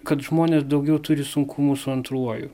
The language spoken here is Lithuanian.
kad žmonės daugiau turi sunkumų su antruoju